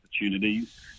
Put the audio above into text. opportunities